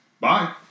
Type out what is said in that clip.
Bye